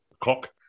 clock